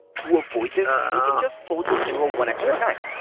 to avoid this, you can just fold your pinroll one extra time,